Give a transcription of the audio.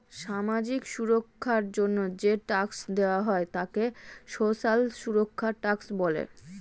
সামাজিক সুরক্ষার জন্য যে ট্যাক্স দেওয়া হয় তাকে সোশ্যাল সুরক্ষা ট্যাক্স বলে